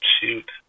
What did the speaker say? Shoot